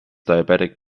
diabetic